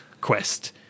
quest